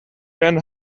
ran